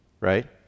right